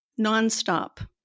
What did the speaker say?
nonstop